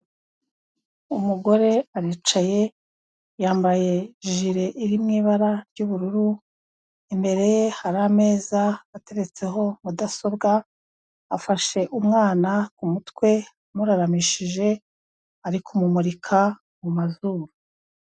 Umugore aricaye yambaye jire iri mu ibara ry'ubururu, imbere ye hari ameza ateretseho mudasobwa, afashe umwana ku mutwe amuraramishije ari ku mumurika mu mazuru.